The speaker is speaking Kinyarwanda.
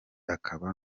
akaba